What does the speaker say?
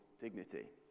dignity